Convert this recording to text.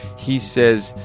he says,